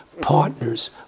partners